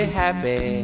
happy